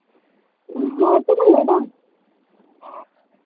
ᱦᱮᱸ ᱪᱮᱫ ᱮᱢ ᱞᱟᱹᱭ ᱫᱟ